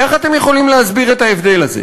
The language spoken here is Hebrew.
איך אתם יכולים להסביר את ההבדל הזה?